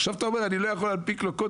עכשיו אתה אומר 'אני לא יכול להנפיק לו קוד